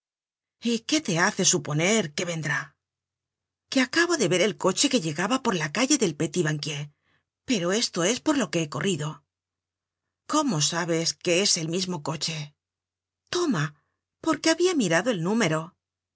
y qué te hace suponer que vendrá que acabo de ver al coche que llegaba por la calle del petit banquier por esto es por lo que he corrido cómo sabes que es el mismo coche toma porque habia mirado el número